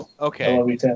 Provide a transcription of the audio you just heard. Okay